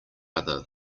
other